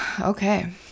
Okay